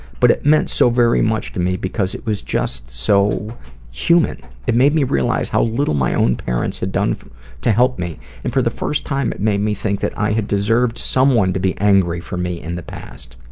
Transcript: but it meant so very much to me because it was just so human. it made me realize how little my own parents had done to help me and for the first time it made me think that i had deserved someone to be angry for me in the past.